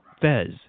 Fez